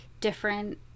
different